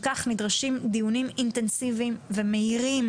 כך נדרשים דיונים אינטנסיביים ומהירים